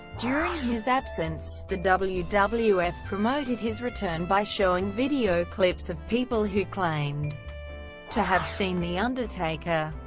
during his absence, the wwf wwf promoted his return by showing video clips of people who claimed to have seen the undertaker.